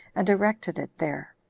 and erected it there.